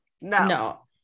No